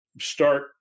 start